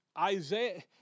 Isaiah